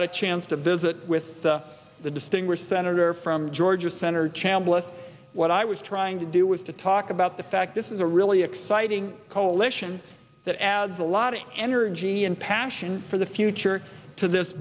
had a chance to visit with the the distinguished senator from georgia senator chambliss what i was trying to do was to talk about the fact this is a really exciting coalition that adds a lot of energy and passion for the future to this